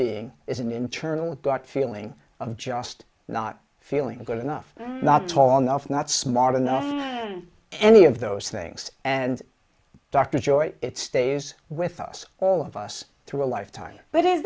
being is an internal gut feeling of just not feeling good enough not tall enough not smart enough any of those things and dr joy it stays with us all of us through a lifetime but is